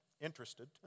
interested